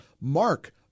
mark